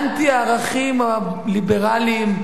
אנטי הערכים הליברליים,